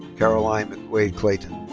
caroline mcquaid clayton.